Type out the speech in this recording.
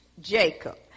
Jacob